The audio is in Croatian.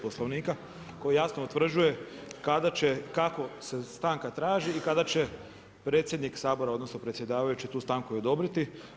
Poslovnika koji jasno utvrđuje kako se stanka traži i kada će predsjednik Sabora odnosno predsjedavajući tu stanku i odobriti.